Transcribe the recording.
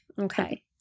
Okay